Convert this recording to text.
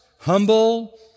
humble